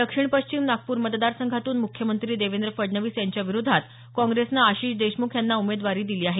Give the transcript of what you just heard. दक्षिण पश्चिम नागपूर मतदारसंघातून मुख्यमंत्री देवेंद्र फडणवीस यांच्याविरोधार काँप्रेसनं आशिष देशमुख यांना उमेदवारी दिली आहे